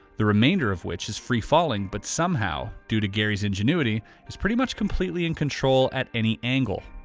the remainder of which is free falling, but somehow due to gary's ingenuity is pretty much completely in control at any angle.